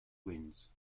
winds